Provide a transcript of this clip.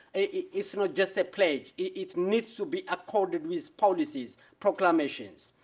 it is not just a pledge, it's meant to be accorded with policies, proclamations.